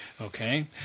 Okay